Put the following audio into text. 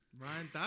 Ryan